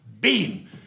Beam